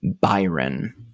Byron